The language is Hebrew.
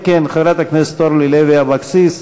חברת הכנסת אורלי לוי אבקסיס,